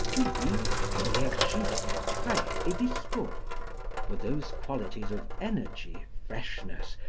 to be energique, frais, et dispos for those qualities of energy, freshness,